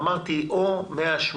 אמרתי: או 180